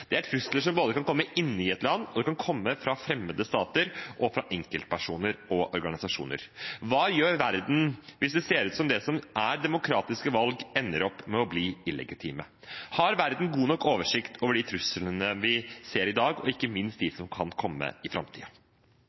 Det er trusler som kan komme inne i et land, og de kan komme fra fremmede stater og fra enkeltpersoner og organisasjoner. Hva gjør verden hvis det som ser ut som demokratiske valg, ender opp med å bli illegitime? Har verden god nok oversikt over de truslene vi ser i dag, og ikke minst de som kan komme i